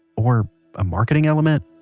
or ah marketing element?